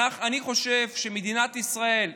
אני חושב שמדינת ישראל,